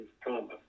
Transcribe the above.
promise